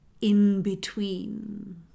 in-between